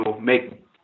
make